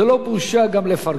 זו לא בושה גם לפרגן.